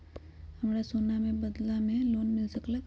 हमरा सोना के बदला में लोन मिल सकलक ह?